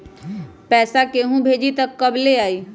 पैसा केहु भेजी त कब ले आई?